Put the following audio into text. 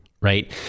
right